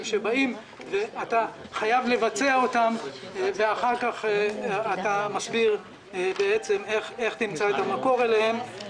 שבאים ואתה חייב לבצע אותם ואחר כך אתה מסביר איך תמצא את המקור להם.